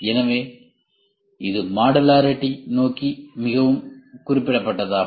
எனவே இது மாடுலாரிடி நோக்கி மிகவும் குறிப்பிட்டதாகும்